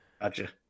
Gotcha